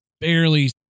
barely